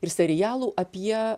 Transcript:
ir serialų apie